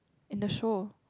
in the show